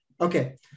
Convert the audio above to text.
okay